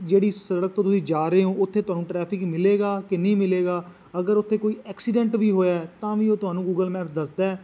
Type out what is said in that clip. ਜਿਹੜੀ ਸੜਕ ਤੋਂ ਤੁਸੀਂ ਜਾ ਰਹੇ ਹੋ ਉੱਥੇ ਤੁਹਾਨੂੰ ਟਰੈਫਿਕ ਮਿਲੇਗਾ ਕਿ ਨਹੀਂ ਮਿਲੇਗਾ ਅਗਰ ਉੱਥੇ ਕੋਈ ਐਕਸੀਡੈਂਟ ਵੀ ਹੋਇਆ ਤਾਂ ਵੀ ਉਹ ਤੁਹਾਨੂੰ ਗੂਗਲ ਮੈਪ ਦੱਸਦਾ